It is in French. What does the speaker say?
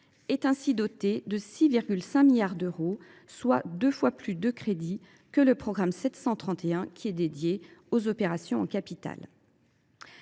est ainsi doté de 6,5 milliards d’euros, soit deux fois plus de crédits que le programme 731, dédié aux opérations en capital.